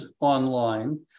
online